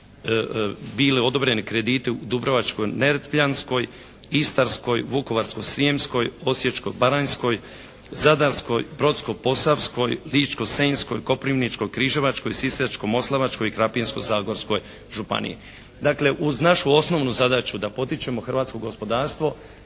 bili odobreni krediti u Dubrovačko-neretvanskoj, Istarskoj, Vukovarsko-srijemskoj, Osječko-baranjskoj, Zadarskoj, Brodsko-posavskoj, Ličko-senjskoj, Koprivničko-križevačkoj, Sisačko-moslavačkoj i Krapinsko-zagorskoj županiji. Dakle, uz našu osnovnu zadaću da potičemo hrvatsko gospodarstvo